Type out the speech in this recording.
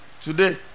Today